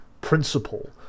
principle